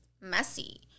messy